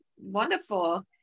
wonderful